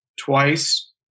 twice